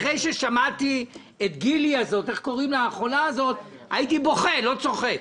אחרי ששמעתי את גילי החולה הייתי בוכה לא צוחק.